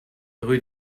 rue